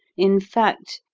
in fact,